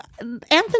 Anthony